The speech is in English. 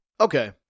Okay